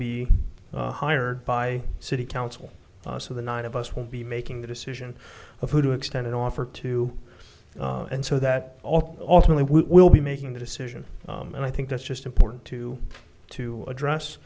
be hired by city council so the nine of us will be making the decision of who to extend an offer to and so that all alternately will be making the decision and i think that's just important to to address